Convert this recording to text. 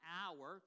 hour